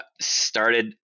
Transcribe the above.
started